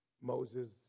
Moses